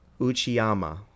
Uchiyama